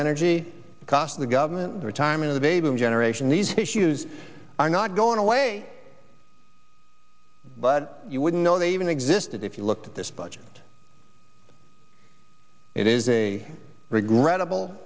energy cost the government the retirement of a them generation these issues are not going away but you wouldn't know that even existed if you looked at this budget it is a regrettable